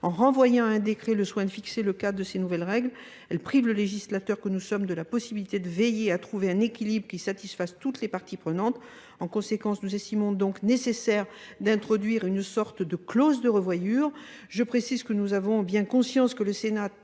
En renvoyant à un décret le soin de fixer le cadre de ces nouvelles règles, elle prive le législateur que nous sommes de la possibilité de veiller à trouver un équilibre qui satisfasse toutes les parties prenantes. En conséquence, nous estimons donc nécessaire d'introduire une sorte de clause de revoyure. Je précise que nous avons bien conscience que le Sénat